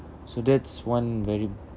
so that's one very